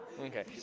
Okay